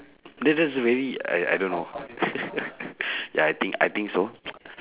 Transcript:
that's that's very I I don't know ya I think I think so